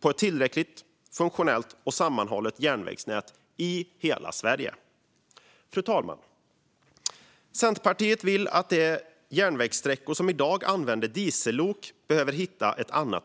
på ett tillräckligt, funktionellt och sammanhållet järnvägsnät i hela Sverige. Fru talman! Centerpartiet vill att man hittar andra drivmedel på de järnvägssträckor där diesellok används i dag.